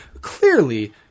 Clearly